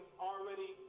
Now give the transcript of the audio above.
already